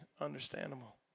understandable